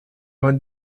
vingt